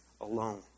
alone